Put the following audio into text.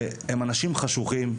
שהם אנשים חשוכים,